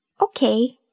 Okay